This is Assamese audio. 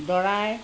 দৰাই